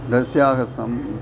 तस्य सम्प्